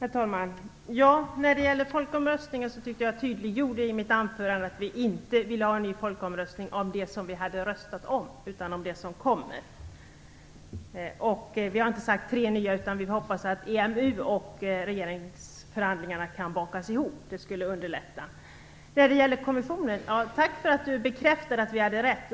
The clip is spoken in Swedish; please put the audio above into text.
Herr talman! När det gäller folkomröstningen tydliggjorde jag i mitt anförande att vi inte ville ha en ny folkomröstning om det som svenska folket har röstat om, utan om det som kommer. Vi har inte sagt att det skall hållas tre nya folkomröstningar, utan vi hoppas att EMU och regeringsförhandlingarna kan föras ihop. Det skulle underlätta. Jag vill tacka för att statsministern bekräftade att vi hade rätt om kommissionen.